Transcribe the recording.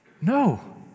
No